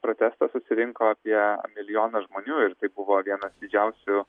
protestą susirinko apie milijoną žmonių ir tai buvo vienas didžiausių